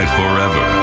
forever